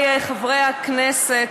חברי חברי הכנסת,